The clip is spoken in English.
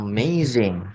Amazing